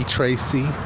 Tracy